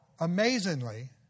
amazingly